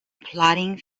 plodding